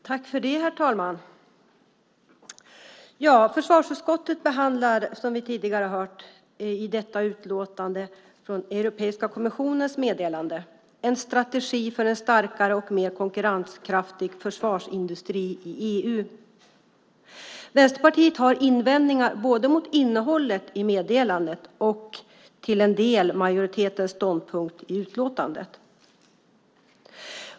Herr talman! Försvarsutskottet behandlar i detta utlåtande Europeiska kommissionens meddelande En strategi för en starkare och mer konkurrenskraftig försvarsindustri i EU . Vänsterpartiet har invändningar både mot innehållet i meddelandet och till en del mot majoritetens ståndpunkt i utlåtandet.